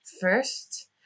first